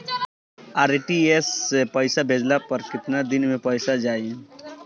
RTGS से पईसा भेजला पर केतना दिन मे पईसा जाई?